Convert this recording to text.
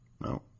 No